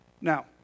Now